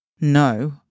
no